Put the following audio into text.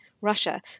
Russia